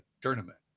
tournament